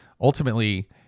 ultimately